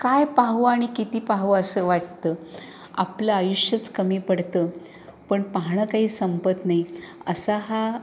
काय पाहू आणि किती पाहू असं वाटतं आपलं आयुष्यच कमी पडतं पण पाहणं काही संपत नाही असा हा